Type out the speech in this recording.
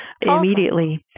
immediately